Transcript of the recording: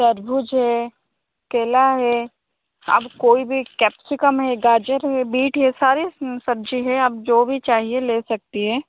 तरबूज है केला है आप कोई भी कैप्सिकम है गाजर है बीट है सारे सब्जी है आप जो भी चाहिए ले सकती हैं